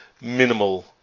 minimal